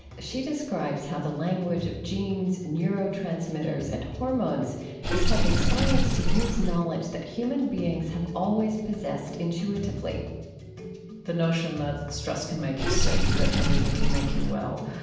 she describes how the language of genes, neurotransmitters, and hormones is helping science to use knowledge that human beings have always possessed intuitively the notion that stress can make you sick, that believing can make you well,